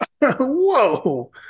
Whoa